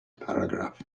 paragraph